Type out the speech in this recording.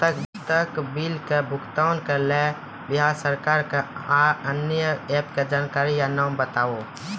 उक्त बिलक भुगतानक लेल बिहार सरकारक आअन्य एप के जानकारी या नाम बताऊ?